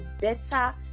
better